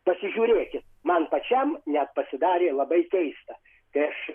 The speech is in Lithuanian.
pasižiūrėkit man pačiam net pasidarė labai keista tai aš